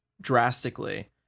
drastically